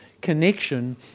connection